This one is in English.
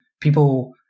People